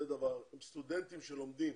סטודנטים שלומדים